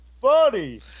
funny